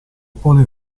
pone